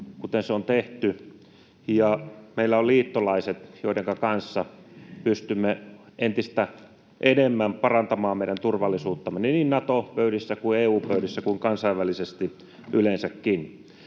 kuten se on tehty, ja meillä on liittolaiset, joidenka kanssa pystymme entistä enemmän parantamaan meidän turvallisuuttamme niin Nato-pöydissä, EU-pöydissä kuin kansainvälisesti yleensäkin.